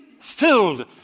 Filled